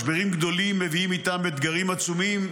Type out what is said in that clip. משברים גדולים מביאים איתם אתגרים עצומים,